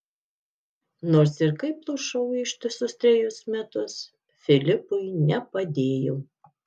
nors ir kaip plušau ištisus trejus metus filipui nepadėjau